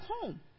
home